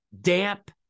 damp